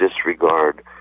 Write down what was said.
disregard